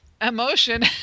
emotion